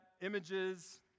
images